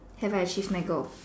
have I achieved my goal